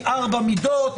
ארבע מידות),